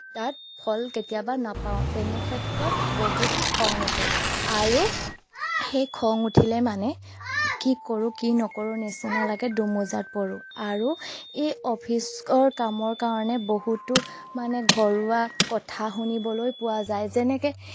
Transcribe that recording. তাত ফল কেতিয়াবা নাপাওঁ তেনেক্ষত্ৰত বহুতো খং উঠে আৰু সেই খং উঠিলে মানে কি কৰোঁ কি নকৰোঁ নিচিনা লাগে দোমোজাত পৰোঁ আৰু এই অফিচৰ কামৰ কাৰণে বহুতো মানে ঘৰুৱা কথা শুনিবলৈ পোৱা যায় যেনেকৈ